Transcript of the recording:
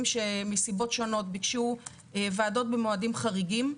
שמסיבות שונות ביקשו ועדות במועדים חריגים.